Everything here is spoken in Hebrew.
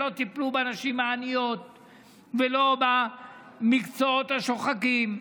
שלא טיפלו בנשים העניות ולא במקצועות השוחקים.